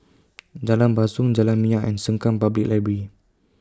Jalan Basong Jalan Minyak and Sengkang Public Library